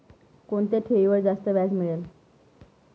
कोणत्या ठेवीवर जास्त व्याज मिळेल?